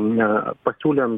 ne pasiūlėm